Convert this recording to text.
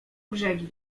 brzegi